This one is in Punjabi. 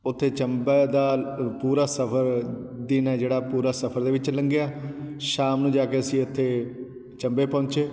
ਉੱਥੇ ਚੰਬੇ ਦਾ ਪੂਰਾ ਸਫ਼ਰ ਦਿਨ ਹੈ ਜਿਹੜਾ ਪੂਰਾ ਸਫ਼ਰ ਦੇ ਵਿੱਚ ਲੰਘਿਆ ਸ਼ਾਮ ਨੂੰ ਜਾ ਕੇ ਅਸੀਂ ਇੱਥੇ ਚੰਬੇ ਪਹੁੰਚੇ